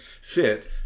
fit